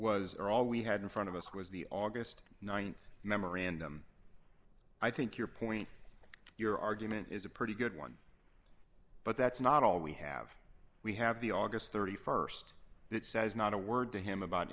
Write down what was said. was or all we had in front of us was the august th memorandum i think your point your argument is a pretty good one but that's not all we have we have the august st that says not a word to him about